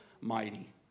mighty